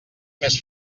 més